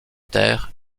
terre